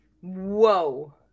Whoa